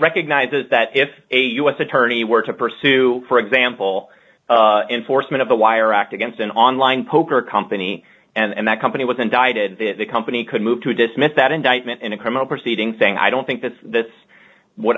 recognizes that if a u s attorney were to pursue for example enforcement of a wire act against an online poker company and that company was indicted the company could move to dismiss that indictment in a criminal proceeding saying i don't think that that's what